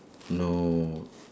no